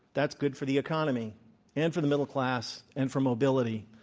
that's good for the economy and for the middle class, and for mobility.